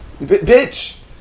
Bitch